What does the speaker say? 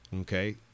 Okay